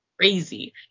crazy